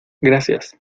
gracias